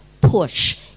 push